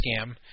scam